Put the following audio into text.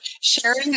sharing